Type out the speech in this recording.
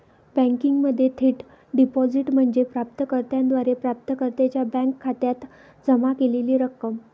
बँकिंगमध्ये थेट डिपॉझिट म्हणजे प्राप्त कर्त्याद्वारे प्राप्तकर्त्याच्या बँक खात्यात जमा केलेली रक्कम